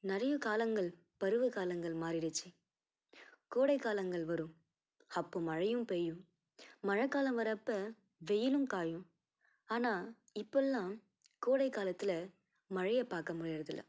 நிறைய காலங்கள் பருவகாலங்கள் மாறிடுச்சு கோடைக்காலங்கள் வரும் அப்போ மழையும் பெய்யும் மழைக்காலம் வரப்போ வெயிலும் காயும் ஆனால் இப்போல்லாம் கோடைக்காலத்தில் மழையை பார்க்க முடியறதில்லை